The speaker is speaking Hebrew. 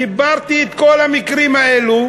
חיברתי את כל המקרים האלה,